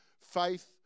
Faith